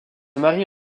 marie